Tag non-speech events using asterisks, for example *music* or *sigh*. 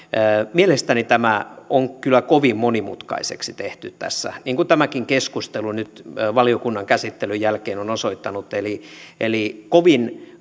mielestäni tämä on kyllä kovin monimutkaiseksi tehty tässä niin kuin tämäkin keskustelu nyt valiokunnan käsittelyn jälkeen on osoittanut eli eli kovin *unintelligible*